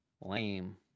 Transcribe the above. Lame